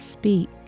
Speak